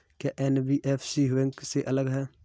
क्या NBFC bank से अलग है?